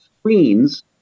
screens